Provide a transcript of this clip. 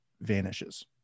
vanishes